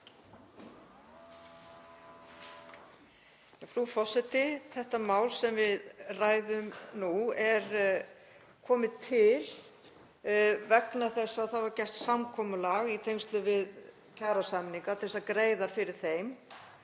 Það mál sem við ræðum nú er komið til vegna þess að gert var samkomulag í tengslum við kjarasamninga, til að greiða fyrir þeim,